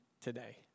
today